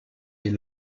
des